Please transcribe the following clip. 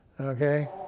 Okay